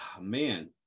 man